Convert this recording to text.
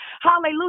Hallelujah